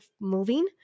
moving